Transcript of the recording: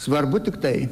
svarbu tiktai